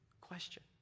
question